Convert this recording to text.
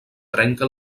trenca